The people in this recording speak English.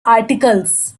articles